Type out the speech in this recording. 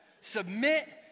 Submit